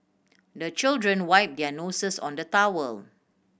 the children wipe their noses on the towel